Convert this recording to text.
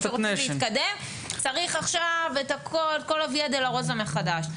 שרוצים להתקדם צריך את כל הויה דולורוזה מחדש.